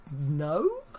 No